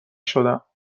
شدم